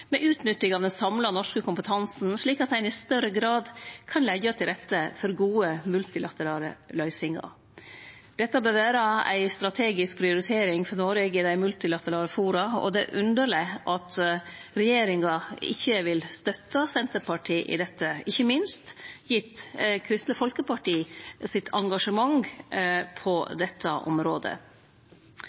utnytting av den samla norske kompetansen, slik at ein i større grad kan leggje til rette for gode multilaterale løysingar. Dette bør vere ei strategisk prioritering for Noreg i multilaterale forum, og det er underleg at regjeringa ikkje vil støtte Senterpartiet i dette, ikkje minst gitt Kristeleg Folkeparti sitt engasjement på dette området.